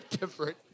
different